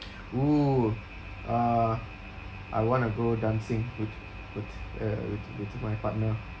!woo! uh I want to go dancing with with uh with with my partner